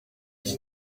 iki